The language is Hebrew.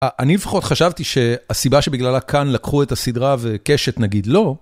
אני לפחות חשבתי שהסיבה שבגללה כאן לקחו את הסדרה וקשת נגיד לא.